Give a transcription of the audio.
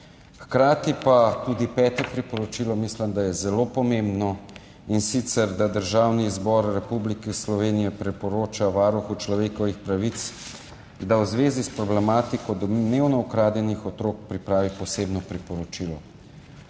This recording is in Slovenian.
Hkrati pa tudi peto priporočilo mislim, da je zelo pomembno, in sicer da Državni zbor Republike Slovenije priporoča Varuhu človekovih pravic, da v zvezi s problematiko domnevno ukradenih otrok pripravi posebno priporočilo.